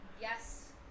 Yes